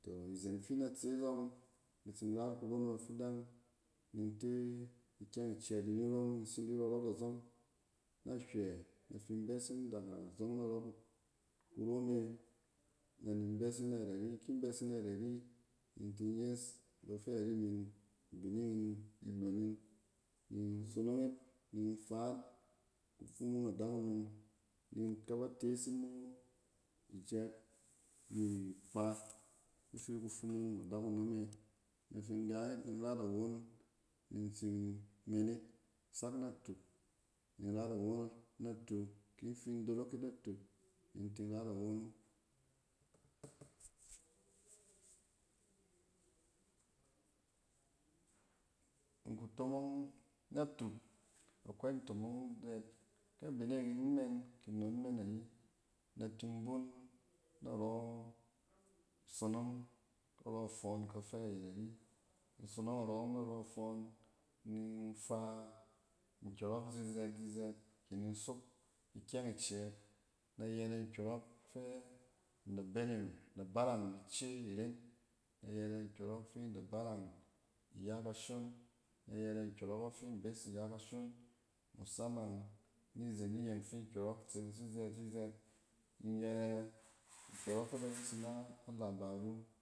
Tↄ izen fi in da tse zↄng, in da tsi rat kuro na bafidang ni in te ikyang icɛɛt in nirↄng in tsi di rↄrↄt a zↄng. Nahywɛ na fin besin daga zↄng narↄ kuro me nan in besin na yɛt ari, ki in besin nayɛt ari ni intin yes bafɛ ri min a bining in ni nnon in ni in sonong yit ninfa yit kufumung adakunom ni in kaba tes mo ifa ni ijɛk if kufumung adakunom e. in da fi in gang yit, ni in ray it awon ni in tsin ni in men yit sak natuk ni in rayit awon na tuk in fin dorok yit natuk ni in tin ray it awon. Kutomong-natuk, akwai ntomong dɛt, kɛ abining in me kɛ nnon men ayi nda tin bun naro sonong, karↄ fↄↄn kafa yɛt ari. In sonong arↄng narↄ fↄↄn ni infaa nkyↄrↄ zizɛt-zizɛt ki ni in sok ikyɛng icɛɛt na yɛrɛ nkyↄrↄk fɛ in da berey, in da baray ice iren in da yɛrɛ nkyↄrↄk fi in da baray iya kashon, in da yɛrɛ nkyↄrↄk ↄng fi in bes ni ya kashon musamang nizen iyeng fi nkyↄrↄk tses zizɛt-zizɛt ni in yɛrɛ nkyↄrↄk fɛ ba yes ina alabaru.